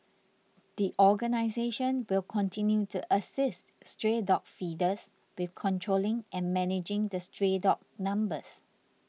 the organisation will continue to assist stray dog feeders with controlling and managing the stray dog numbers